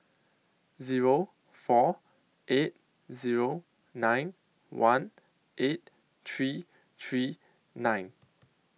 Zero four eight Zero nine one eight three three nine